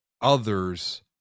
others